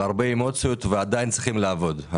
והרבה אמוציות ועדיין צריכים לעבוד.